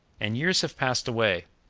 and years have passed away.